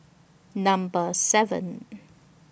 Number seven